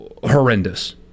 horrendous